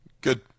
Good